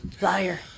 Liar